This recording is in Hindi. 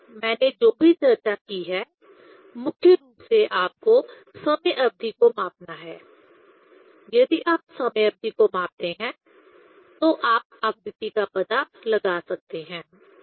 इसलिए मैंने जो भी चर्चा की है मुख्य रूप से आप को समय अवधि को मापना है यदि आप समय अवधि को मापते हैं तो आप आवृत्ति का पता लगा सकते हैं